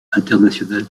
international